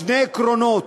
שני עקרונות,